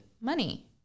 money